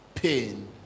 pain